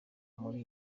muri